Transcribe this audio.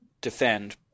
defend